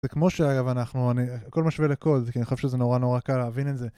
זה כמו שאגב אנחנו, אני, הכל משווה לכל, אני חושב שזה נורא נורא קל להבין את זה.